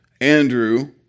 Andrew